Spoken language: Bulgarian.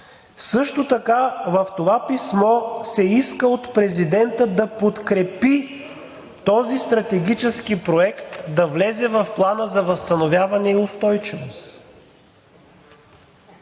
Също така в това писмо се иска от президента да подкрепи този стратегически проект да влезе в Плана за възстановяване и устойчивост.